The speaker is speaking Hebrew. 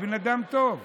הוא בן אדם טוב,